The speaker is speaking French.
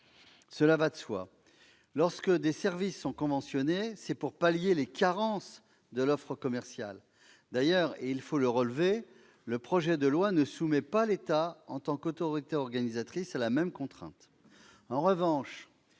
Cela va de soi